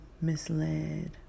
misled